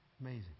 Amazing